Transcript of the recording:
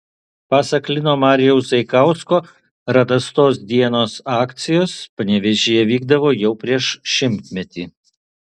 pasak lino marijaus zaikausko radastos dienos akcijos panevėžyje vykdavo jau prieš šimtmetį